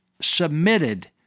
submitted